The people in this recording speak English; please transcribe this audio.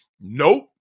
Nope